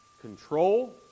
control